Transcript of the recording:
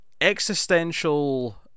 existential